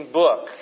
book